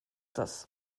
das